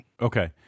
Okay